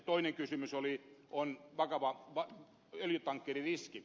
toinen kysymys koskee vakavaa öljytankkeririskiä